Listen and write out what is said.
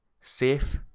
safe